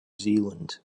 zealand